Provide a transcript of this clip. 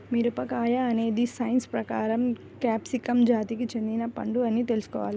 మిరపకాయ అనేది సైన్స్ ప్రకారం క్యాప్సికమ్ జాతికి చెందిన పండు అని తెల్సుకోవాలి